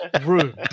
room